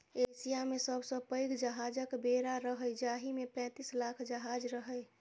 Asia मे सबसं पैघ जहाजक बेड़ा रहै, जाहि मे पैंतीस लाख जहाज रहै